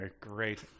great